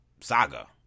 saga